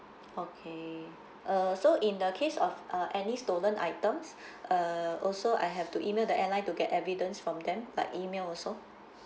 okay uh so in the case of uh any stolen items uh also I have to email the airline to get evidence from them like email also